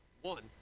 one